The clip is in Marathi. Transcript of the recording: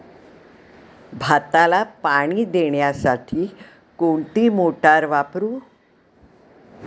भाताला पाणी देण्यासाठी कोणती मोटार वापरू?